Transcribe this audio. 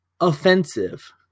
offensive